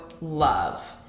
love